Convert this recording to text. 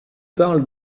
parle